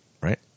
right